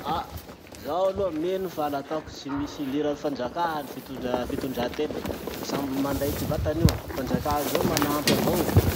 Ah zaho aloha mino fa la ataoko tsy misy iliran'ny fanjakà ny fitondra- fitondra-tena. Samy minday ty vatany io. Fanjakà zao manampy avao.